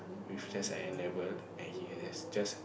with just an N-level and he has just